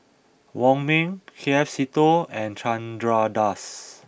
Wong Ming K F Seetoh and Chandra Das